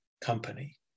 company